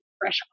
fresh